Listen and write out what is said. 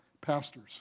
pastors